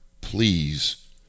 please